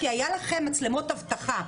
כי היה לכם מצלמות אבטחה.